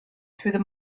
through